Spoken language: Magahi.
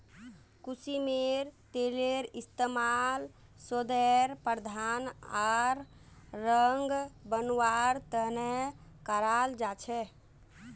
कुसुमेर तेलेर इस्तमाल सौंदर्य प्रसाधन आर रंग बनव्वार त न कराल जा छेक